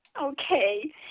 Okay